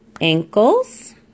ankles